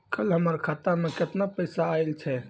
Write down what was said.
कल हमर खाता मैं केतना पैसा आइल छै?